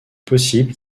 possible